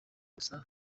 gusa